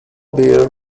bear